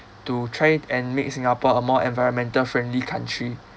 to try and make singapore a more environmental friendly country